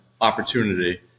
opportunity